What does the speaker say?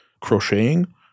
crocheting